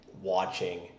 watching